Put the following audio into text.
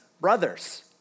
brothers